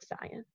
science